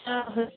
ওটা হচ্ছে